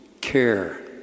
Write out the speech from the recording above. care